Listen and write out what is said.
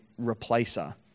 replacer